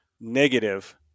negative